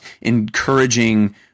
encouraging